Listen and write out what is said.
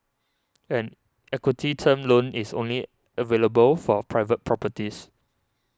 an equity term loan is only available for private properties